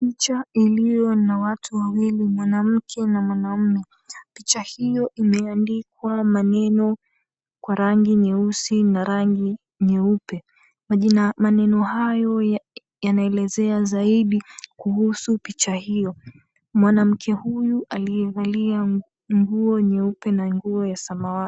Picha iliyo na watu wawili mwanamke na mwanaume, picha hiyo imeandikwa maneno kwa rangi nyeusi na rangi nyeupe, maneno hayo yanaelezea zaidi kuhusu picha hiyo. Mwanamke huyu aliyevalia nguo nyeupe na nguo ya samawati.